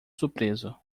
surpreso